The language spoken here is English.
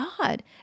God